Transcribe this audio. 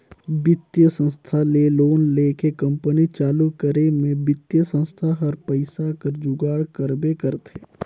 बित्तीय संस्था ले लोन लेके कंपनी चालू करे में बित्तीय संस्था हर पइसा कर जुगाड़ करबे करथे